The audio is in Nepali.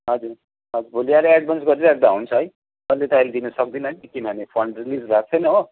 हजुर भोलि आएर एडभान्स गरिराख्दा हुन्छ है डल्लै त अहिले दिनु सक्दिनँ है किनभने फन्ड रिलिज भएको छैन हो